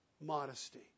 modesty